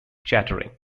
chattering